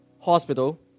hospital